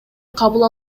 кабыл